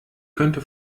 könnte